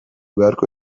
beharko